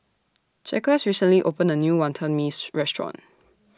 Jaquez recently opened A New Wonton Mee's Restaurant